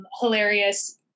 hilarious